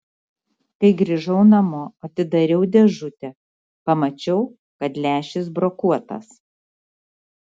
kai grįžau namo atidariau dėžutę pamačiau kad lęšis brokuotas